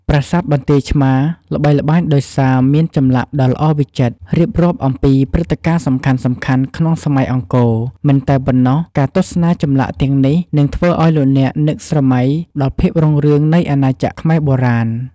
ប្រាសាទបន្ទាយឆ្មារល្បីល្បាញដោយសារមានចម្លាក់ដ៏ល្អវិចិត្រ រៀបរាប់អំពីព្រឹត្តិការណ៍សំខាន់ៗក្នុងសម័យអង្គរ មិនតែប៉ុណ្ណោះការទស្សនាចម្លាក់ទាំងនេះនឹងធ្វើឱ្យលោកអ្នកនឹកស្រមៃដល់ភាពរុងរឿងនៃអាណាចក្រខ្មែរបុរាណ។